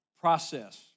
process